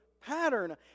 pattern